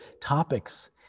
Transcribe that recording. topics